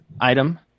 item